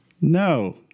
No